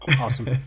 Awesome